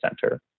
center